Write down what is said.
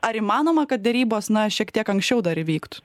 ar įmanoma kad derybos na šiek tiek anksčiau dar įvyktų